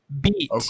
Beat